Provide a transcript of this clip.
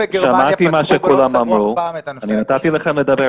שמעתי את מה שכולם אמרו,